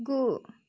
गु